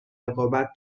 رقابت